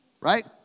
Right